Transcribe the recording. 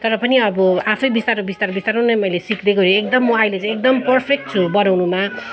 तर पनि अब आफै बिस्तारो बिस्तारो बिस्तारो नै मैले सिक्दै गएँ एकदम म अहिले चाहिँ एकदम पर्फेक्ट छु बनाउनुमा